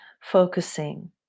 focusing